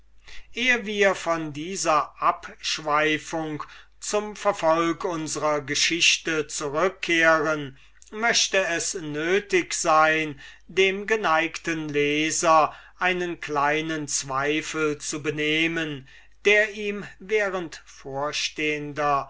ehe wir von dieser abschweifung zum verfolg unsrer geschichte zurückkehren möchte vonnöten sein dem geneigten leser einen kleinen zweifel zu benehmen der ihm während vorstehender